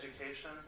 education